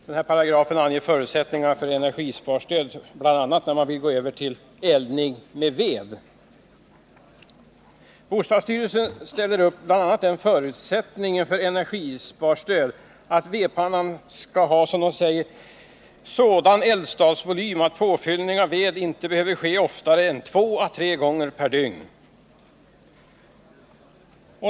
I denna paragraf anges förutsättningarna för energisparstöd, bl.a. när man vill gå över till eldning med ved. Bostadsstyrelsen ställer för energisparstöd upp bl.a. den förutsättningen att vedpannan skall ha en ”sådan eldstadsvolym att påfyllning av ved inte behöver ske oftare än 2 å 3 gånger per dygn”.